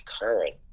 current